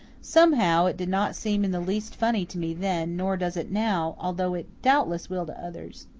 somehow, it did not seem in the least funny to me then, nor does it now, although it doubtless will to others.